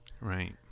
Right